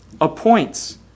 appoints